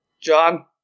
John